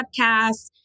podcasts